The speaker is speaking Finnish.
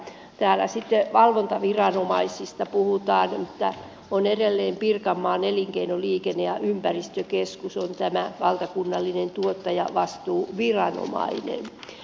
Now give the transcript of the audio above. täällä sitten valvontaviranomaisista puhutaan että edelleen pirkanmaan elinkeino liikenne ja ympäristökeskus on tämä valtakunnallinen tuottajavastuuviranomainen